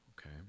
okay